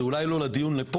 זה אולי לא לדיון הזה,